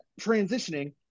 transitioning